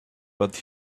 but